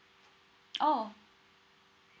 oh